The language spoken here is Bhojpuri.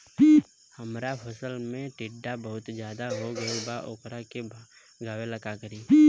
हमरा फसल में टिड्डा बहुत ज्यादा हो गइल बा वोकरा के भागावेला का करी?